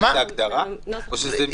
זה הגדרה או שזה שם קוד?